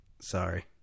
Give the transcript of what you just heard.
Sorry